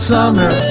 Summer